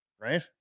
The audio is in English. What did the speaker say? Right